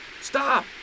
Stop